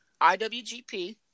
IWGP